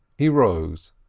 he rose,